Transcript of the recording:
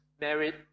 married